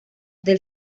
del